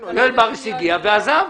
יואל בריס הגיע ועזב.